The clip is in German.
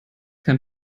kein